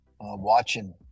watching